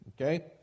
okay